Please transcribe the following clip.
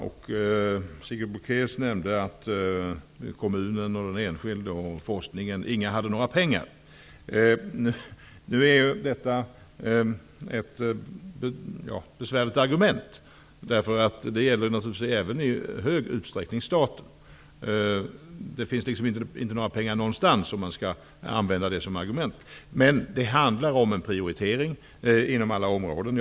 Sigrid Bolkéus nämnde att varken kommunen, den enskilde eller forskningen har några pengar. Det här är ett besvärligt argument, därför att det i hög utsträckning även gäller staten. Det finns liksom inte några pengar någonstans. Men det handlar om en prioritering inom alla områden.